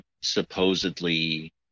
Supposedly